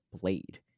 blade